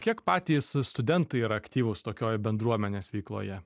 kiek patys studentai yra aktyvūs tokioj bendruomenės veikloje